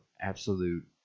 absolute